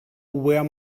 where